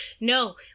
No